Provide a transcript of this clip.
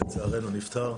לצערנו.